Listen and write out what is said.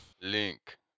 Link